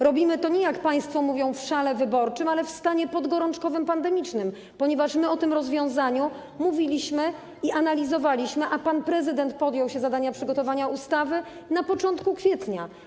Robimy to nie, jak państwo mówią, w szale wyborczym, ale w stanie podgorączkowym pandemicznym, ponieważ my o tym rozwiązaniu mówiliśmy i analizowaliśmy to, a pan prezydent podjął się zadania przygotowania ustawy na początku kwietnia.